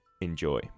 Enjoy